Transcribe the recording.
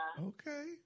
Okay